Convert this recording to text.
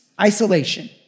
isolation